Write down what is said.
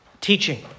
teaching